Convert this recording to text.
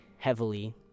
Heavily